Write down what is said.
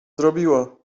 zrobiła